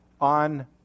on